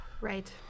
Right